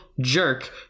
jerk